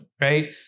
right